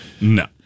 No